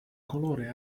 colore